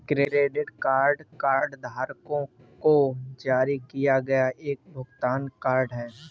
credit card कार्डधारकों को जारी किया गया एक भुगतान कार्ड है